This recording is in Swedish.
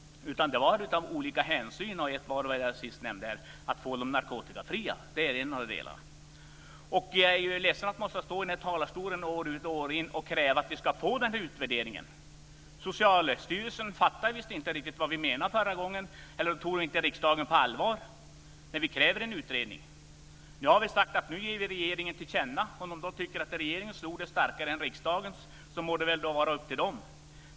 Det gjordes av olika skäl, och ett var det jag nämnde här sist, nämligen att få dem narkotikafria. Jag är ledsen att behöva stå här i talarstolen år ut och år in och kräva att vi ska få den här utvärderingen. Socialstyrelsen fattade visst inte riktigt vad vi menade förra gången eller också så tog man inte riksdagen på allvar när vi krävde en utredning. Nu har vi gett regeringen detta till känna. Om de tycker att regeringens ord är starkare än riksdagens må det vara upp till dem.